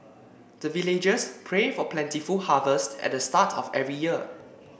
the villagers pray for plentiful harvest at the start of every year